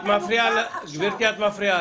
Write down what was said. את מפריעה, גבירתי את מפריעה.